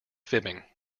fibbing